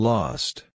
Lost